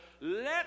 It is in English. let